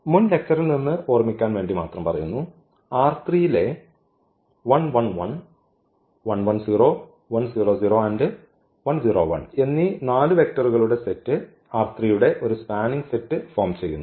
മുൻ ലെക്ച്ചറിൽ നിന്ന് ഓർമ്മിക്കാൻ വേണ്ടി മാത്രം പറയുന്നു യിലെ എന്നീ 4 വെക്റ്ററുകളുടെ സെറ്റ് യുടെ ഒരു സ്പാനിങ് സെറ്റ് ഫോം ചെയ്യുന്നു